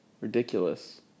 ridiculous